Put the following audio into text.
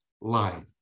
life